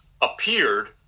appeared